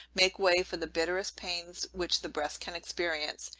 make way for the bitterest pains which the breast can experience.